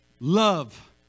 love